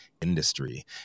industry